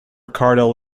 ricardo